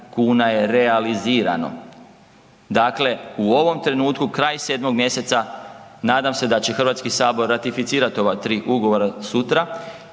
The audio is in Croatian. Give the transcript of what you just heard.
kuna je realizirano. Dakle, u ovom trenutku kraj 7. mjeseca nadam se da će Hrvatski sabor ratificirati ova tri ugovora sutra.